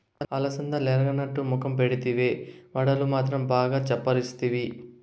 అలసందలెరగనట్టు మొఖం పెడితివే, వడలు మాత్రం బాగా చప్పరిస్తివి